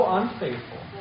unfaithful